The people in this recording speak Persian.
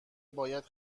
باید